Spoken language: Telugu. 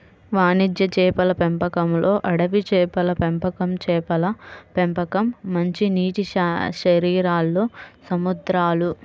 వాణిజ్య చేపల పెంపకంలోఅడవి చేపల పెంపకంచేపల పెంపకం, మంచినీటిశరీరాల్లో సముద్రాలు